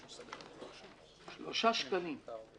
3 שקלים.